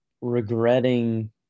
regretting